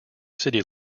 city